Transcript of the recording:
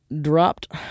dropped